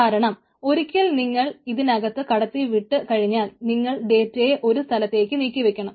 കാരണം ഒരിക്കൽ നിങ്ങൾ ഇതിനകത്ത് കടത്തിവിട്ടു കഴിഞ്ഞാൽ നിങ്ങൾ ഡേറ്റയെ ഒരു സ്ഥലത്തേക്ക് നീക്കിവെക്കണം